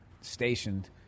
stationed